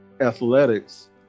athletics